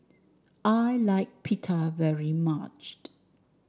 I like Pita very much